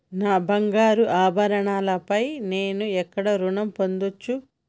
నా బంగారు ఆభరణాలపై నేను ఎక్కడ రుణం పొందచ్చు?